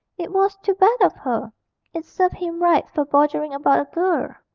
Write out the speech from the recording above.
it was too bad of her it served him right for bothering about a girl.